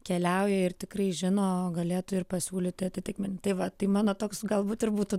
keliauja ir tikrai žino galėtų ir pasiūlyti atitikmenį tai va tai mano toks galbūt ir būtų